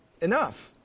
enough